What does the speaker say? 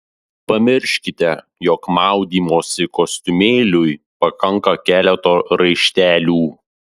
pamirškite jog maudymosi kostiumėliui pakanka keleto raištelių